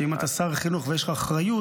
שאם אתה שר החינוך ויש לך אחריות,